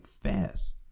fast